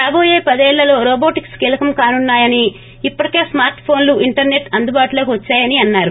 రాబోయే పదేళ్లలో రోబోటిక్స్ కీలకం కానున్నాయని ఇప్పటిక్ స్మార్ట్ ఫోన్లు ఇంటర్సెట్ అందుబాటులోకి వద్చాయని అన్నారు